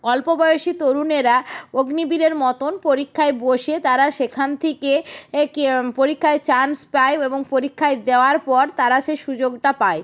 অল্প বয়সী তরুণেরা অগ্নিবীরের মতন পরীক্ষায় বসে তারা সেখান থেকে এ কে পরীক্ষায় চান্স পায় এবং পরীক্ষায় দেওয়ার পর তারা সেই সুযোগটা পায়